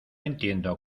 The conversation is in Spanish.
entiendo